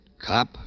cop